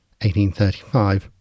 1835